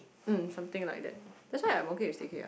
mm something like that that's why I'm okay with staycay ah